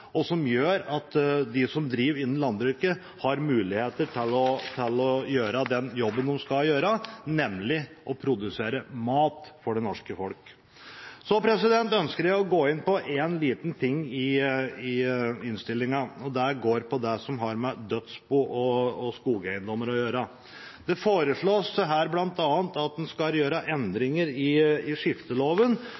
og som gjør at de som driver innen landbruket, har muligheter til å gjøre den jobben de skal gjøre, nemlig å produsere mat for det norske folk. Så ønsker jeg å gå inn på en liten ting i innstillinga, og det går på det som har med dødsbo og skogeiendommer å gjøre. Det foreslås her bl.a. at en skal gjøre